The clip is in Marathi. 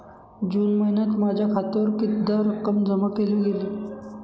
जून महिन्यात माझ्या खात्यावर कितीदा रक्कम जमा केली गेली?